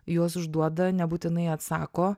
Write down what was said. juos užduoda nebūtinai atsako